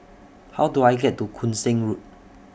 How Do I get to Koon Seng Road